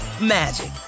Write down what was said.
magic